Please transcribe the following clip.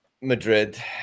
Madrid